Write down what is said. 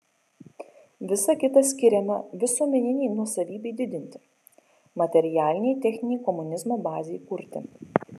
visa kita skiriama visuomeninei nuosavybei didinti materialinei techninei komunizmo bazei kurti